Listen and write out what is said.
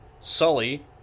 Sully